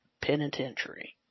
Penitentiary